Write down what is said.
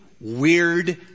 weird